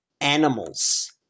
animals